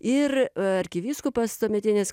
ir arkivyskupas tuometinis